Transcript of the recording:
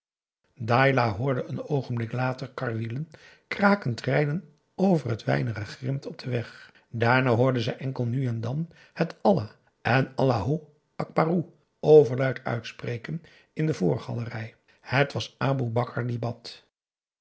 dailah hoorde een oogenblik later karwielen krakend rijden over het weinige grint op den weg daarna hoorde zij enkel nu en dan het allah en allahoe akbaroe overluid uitspreken in de voorgalerij het was aboe bakar